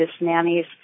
nannies